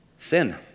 sin